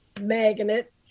magnet